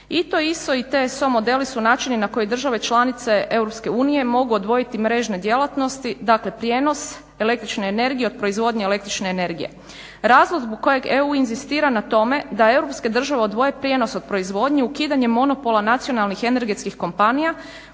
ITO, ISTO i TSO modeli su načini na koje države članice EU mogu odvojiti mrežne djelatnosti dakle prijenos el.energije od proizvodnje el.energije. razlog zbog kojeg EU inzistira na tome da europske države odvoje prijenos od proizvodnje ukidanjem monopola nacionalnih energetskih kompanija